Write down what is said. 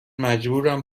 مجبورم